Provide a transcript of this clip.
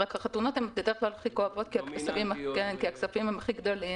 רק החתונות בדרך כלל הכי כואבות כי הכספים הם הכי גדולים,